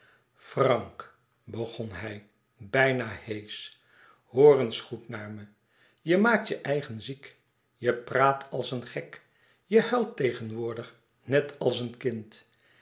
frank begon hij bijna heesch hoor eens goed naar me je maakt je eigen ziek je praat als een gek je huilt tegenwoordig net als een kind